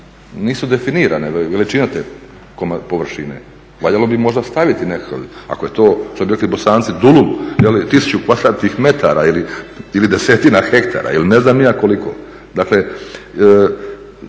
nisu definirane veličina te površine. Valjalo bi možda staviti nekakav, ako je to što bi rekli Bosanci dulum, 1000 m2 ili desetina hektara ili ne znam ni je koliko.